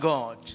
God